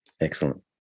Excellent